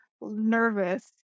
nervous